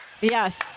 Yes